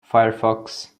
firefox